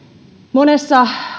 monessa